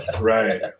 Right